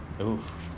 Oof